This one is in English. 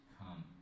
come